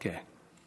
כן.